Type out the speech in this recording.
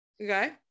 Okay